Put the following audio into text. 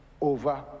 over